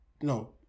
no